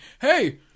hey